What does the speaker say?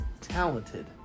talented